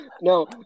No